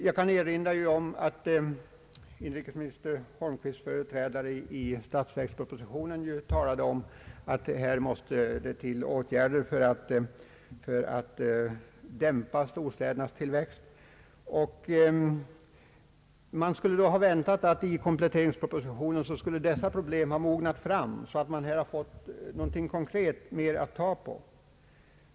Jag kan erinra om att inrikesminister Holmqvists företrädare i statsverkspropositionen talade om att här måste till åtgärder för att dämpa storstädernas tillväxt. Man skulle då ha väntat att i kompletteringspropositionen skulle dessa problem ha mognat fram så att man här fått något mer konkret att ta på.